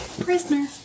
Prisoner